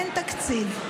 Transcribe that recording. אין תקציב.